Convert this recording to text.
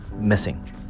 missing